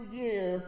year